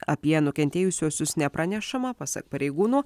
apie nukentėjusiuosius nepranešama pasak pareigūnų